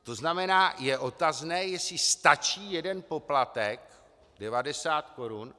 To znamená je otazné, jestli stačí jeden poplatek 90 korun.